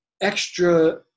extra